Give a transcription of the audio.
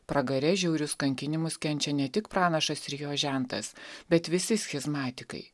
pragare žiaurius kankinimus kenčia ne tik pranašas ir jo žentas bet visi schizmatikai